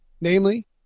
Namely